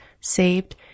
saved